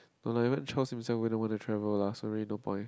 no lah even Charles himself wouldn't wanna travel lah so really no point